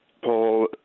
Paul